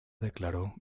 declaró